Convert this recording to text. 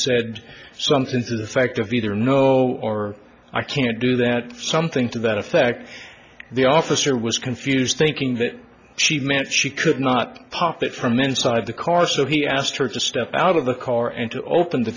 said something to the fact of either no or i can't do that something to that effect the officer was confused thinking that she meant she could not pop that from inside the car so he asked her to step out of the car and to open the